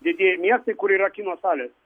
didieji miestai kur yra kino salės